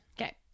Okay